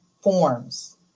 forms